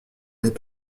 n’est